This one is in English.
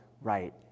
right